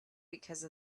because